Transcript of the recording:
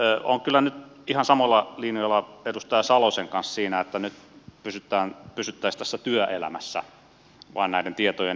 olen kyllä nyt ihan samoilla linjoilla edustaja salosen kanssa siinä että nyt pysyttäisiin tässä työelämässä vain näiden tietojen ilmoittamisessa